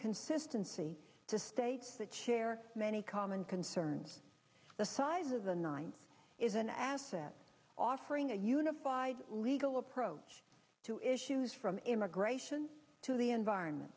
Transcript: consistency to states that share many common concerns the size of the nine is an asset offering a unified legal approach to issues from immigration to the environment